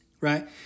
right